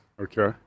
Okay